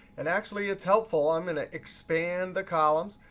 and actually, it's helpful. i'm going to expand the columns,